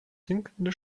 sinkende